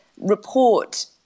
report